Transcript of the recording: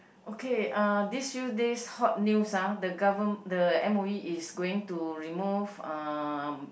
okay uh these few days hot news ah the gover~ the m_o_e is going to remove uh